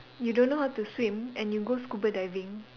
you don't know how to swim and you go scuba diving